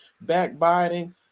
backbiting